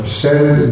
send